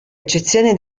eccezione